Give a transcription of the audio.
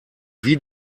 wie